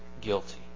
guilty